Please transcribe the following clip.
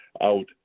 out